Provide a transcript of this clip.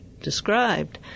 described